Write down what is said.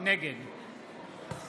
נגד